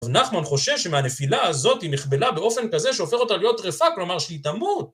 רב נחמן חושש שמהנפילה הזאת היא נכבלה באופן כזה שהופך אותה להיות טרפה, כלומר שהיא תמות.